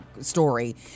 story